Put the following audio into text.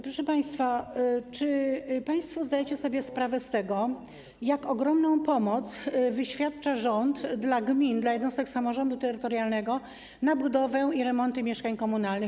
Proszę państwa, czy państwo zdajecie sobie sprawę z tego, jak ogromną pomoc przeznacza rząd dla gmin, dla jednostek samorządu terytorialnego na budowę i remonty mieszkań komunalnych?